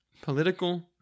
political